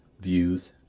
views